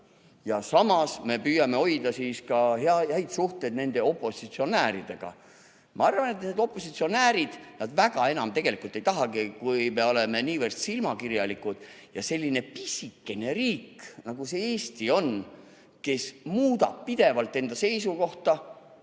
ja samas me püüame hoida häid suhteid ka opositsionääridega. Ma arvan, et need opositsionäärid väga enam tegelikult ei tahagi seda, kui me oleme niivõrd silmakirjalikud. Selline pisikene riik, nagu Eesti on, kes muudab pidevalt enda seisukohta,